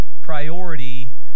priority